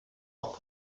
auch